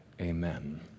amen